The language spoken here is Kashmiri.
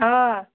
آ